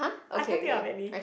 I can't think of any